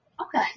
Okay